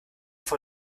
vor